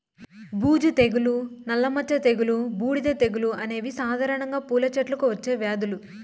బూజు తెగులు, నల్ల మచ్చ తెగులు, బూడిద తెగులు అనేవి సాధారణంగా పూల చెట్లకు వచ్చే వ్యాధులు